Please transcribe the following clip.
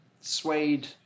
suede